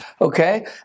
Okay